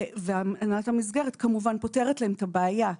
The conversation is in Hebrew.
והנהלת המסגרת כמובן פותרת להם את הבעיה.